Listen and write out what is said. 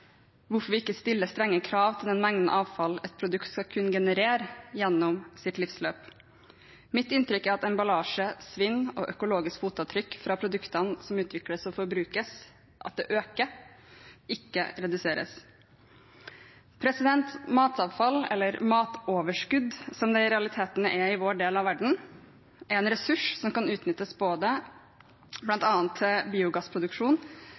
hvorfor vi ikke stiller strengere krav til den mengden avfall et produkt skal kunne generere gjennom sitt livsløp. Mitt inntrykk er at emballasje, svinn og økologiske fotavtrykk fra produktene som utvikles og forbrukes, øker – ikke reduseres. Matavfall – eller matoverskudd, som det i realiteten er i vår del av verden – er en ressurs som kan utnyttes bl.a. til biogassproduksjon,